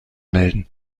melden